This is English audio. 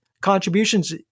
contributions